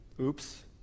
Oops